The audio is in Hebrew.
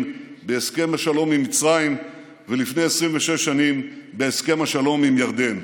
בהסכם השלום עם מצרים ולפני 26 שנים בהסכם השלום עם ירדן.